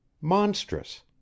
Monstrous